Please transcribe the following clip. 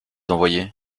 envoyer